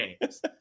games